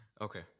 Okay